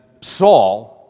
Saul